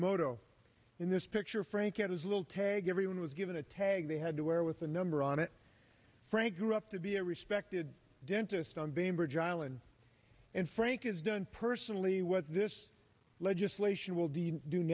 moto in this picture frank and his little tag everyone was given a tag they had to wear with the number on it frank grew up to be a respected dentist on bainbridge island and frank is done personally what this legislation will d